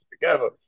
together